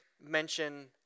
mention